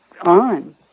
on